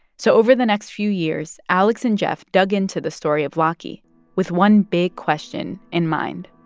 so over the next few years, alex and jeff dug into the story of laki with one big question in mind